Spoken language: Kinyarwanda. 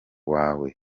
wawe